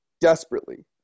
desperately